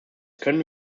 können